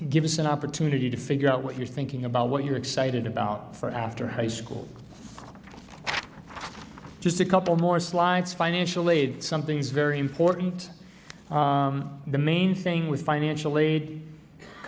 give us an opportunity to figure out what you're thinking about what you're excited about for after high school just a couple more slides financial aid some things very important the main thing with financial aid a